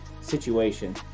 situation